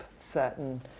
certain